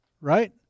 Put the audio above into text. right